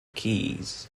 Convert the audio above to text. keys